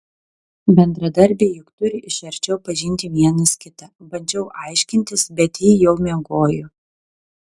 bendradarbiai juk turi iš arčiau pažinti vienas kitą bandžiau aiškintis bet ji jau miegojo